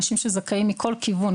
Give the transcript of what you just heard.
אנשים שזכאים מכל כיוון.